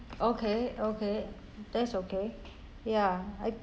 okay okay that's okay ya I